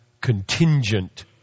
contingent